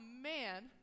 man